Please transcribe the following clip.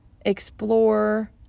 explore